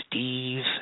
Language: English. Steve